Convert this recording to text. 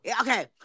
okay